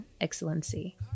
Excellency